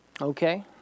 Okay